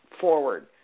forward